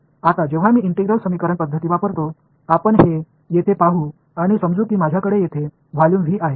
आता जेव्हा मी इंटिग्रल समीकरण पद्धती वापरतो आपण हे येथे पाहू आणि समजू की माझ्याकडे येथे व्हॉल्यूम v आहे